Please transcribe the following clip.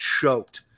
choked